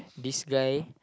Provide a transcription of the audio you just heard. this guy